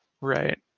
Right